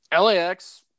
LAX